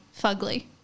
fugly